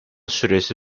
süresi